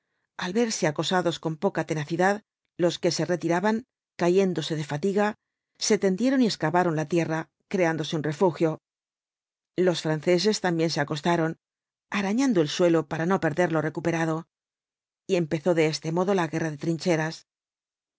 al verse acosados con poca tenacidad los que se retiraban cayéndose de fatiga se tendieron y excavaron la tierra creándose un refugio los franceses también seacostaron arañando el suelo para no perder lo recuperado y empezó de este modo la guerra de trincheras